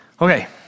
Okay